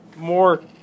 more